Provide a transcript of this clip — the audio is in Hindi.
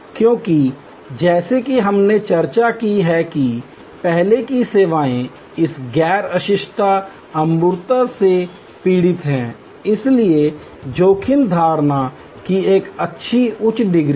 क्योंकि जैसा कि हमने चर्चा की है कि पहले की सेवाएं इस गैर अस्पष्टता या अमूर्तता से पीड़ित हैं इसलिए जोखिम धारणा की एक उच्च डिग्री है